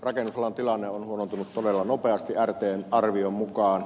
rakennusalan tilanne on huonontunut todella nopeasti rtn arvion mukaan